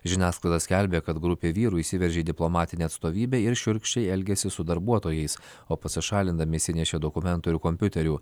žiniasklaida skelbė kad grupė vyrų įsiveržė į diplomatinę atstovybę ir šiurkščiai elgėsi su darbuotojais o pasišalindami išsinešė dokumentų ir kompiuterių